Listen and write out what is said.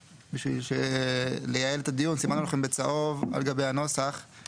בשביל לייעל את הדיון אנחנו סימנו לכם בצהוב על גבי הנוסח את